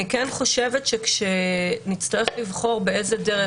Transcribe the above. אני כן חושבת שכאשר נצטרך לבחור באיזה דרך,